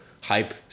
hype